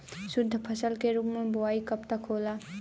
शुद्धफसल के रूप में बुआई कब तक होला?